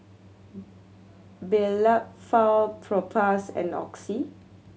Blephagel Propass and Oxy